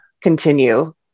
continue